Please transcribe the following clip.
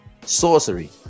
sorcery